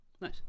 Nice